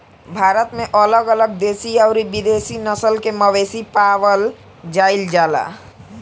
भारत में अलग अलग देशी अउरी विदेशी नस्ल के मवेशी पावल जाइल जाला